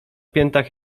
piętach